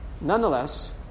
nonetheless